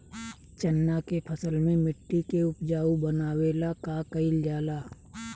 चन्ना के फसल में मिट्टी के उपजाऊ बनावे ला का कइल जाला?